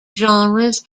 genres